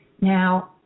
Now